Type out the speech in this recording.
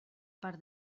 per